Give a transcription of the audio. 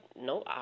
No